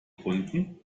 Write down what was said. gefunden